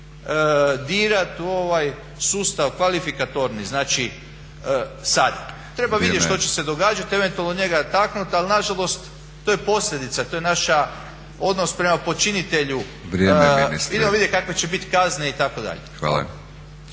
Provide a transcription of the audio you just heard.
dirati u ovaj sustav kvalifikatorni, sad. Treba vidjeti što će se događati, eventualno njega taknuti ali nažalost to je posljedica, to je naš odnos prema počinitelju. Idemo vidjeti kakve će biti kazne itd.